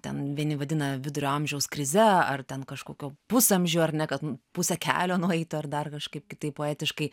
ten vieni vadina vidurio amžiaus krize ar ten kažkokio pusamžio ar ne kad pusę kelio nueito ar dar kažkaip kitaip poetiškai